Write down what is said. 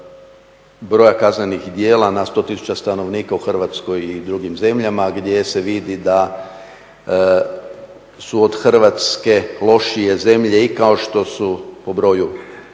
broja kaznenih djela na sto tisuća stanovnika u Hrvatskoj i drugim zemljama gdje se vidi da su od Hrvatske lošije zemlje i kao što su po broju kaznenih